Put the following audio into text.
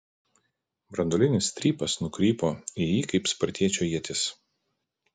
branduolinis strypas nukrypo į jį kaip spartiečio ietis